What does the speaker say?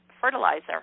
fertilizer